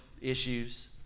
issues